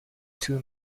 two